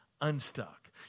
unstuck